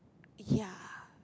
ya